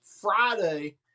Friday